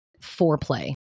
foreplay